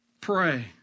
Pray